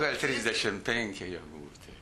gal trisdešim penki jau buvo tai